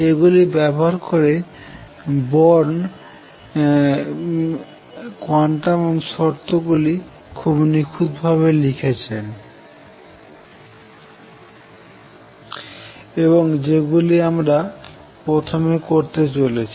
এইগুলি ব্যবহার করে বরন্ কোয়ান্টাম শর্ত গুলি খুব নিখুঁত ভাবে লিখেছেন এবং যেগুলি আমরা প্রথমে করতে চলেছি